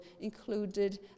included